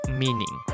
meaning